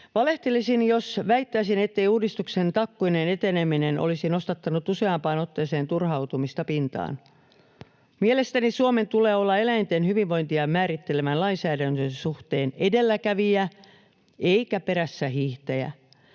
Valehtelisin jos väittäisin, ettei uudistuksen takkuinen eteneminen olisi nostattanut useampaan otteeseen turhautumista pintaan. Mielestäni Suomen tulee olla eläinten hyvinvointia määrittelevän lainsäädännön suhteen edelläkävijä eikä perässähiihtäjä.